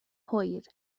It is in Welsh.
hwyr